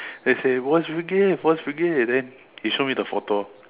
then he said boy's brigade boy's brigade then he show me the photo